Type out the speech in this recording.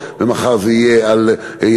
מחר זה יהיה על אימהות חד-הוריות,